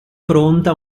pronta